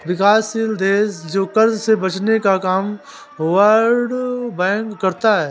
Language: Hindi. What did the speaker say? विकासशील देश को कर्ज से बचने का काम वर्ल्ड बैंक करता है